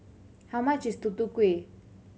how much is Tutu Kueh